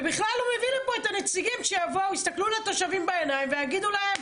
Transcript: ובכלל לא מביא לפה את הנציגים שיסתכלו לתושבים בעיניים ויגידו להם,